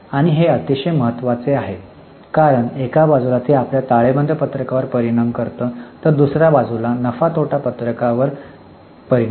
आणि हे अतिशय महत्वाचे आहे कारण एका बाजूला ते आपल्या ताळेबंद पत्रकावर परिणाम करतं तर दुसऱ्या बाजूला नफा तोटा पत्रकावर परिणाम करतं